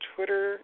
Twitter